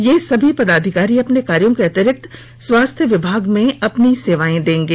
ये सभी पदाधिकारी अपने कार्यो के अतिरिक्त स्वास्थ्य विभाग में अपनी सेवा देंगे